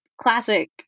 classic